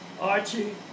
Archie